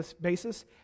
basis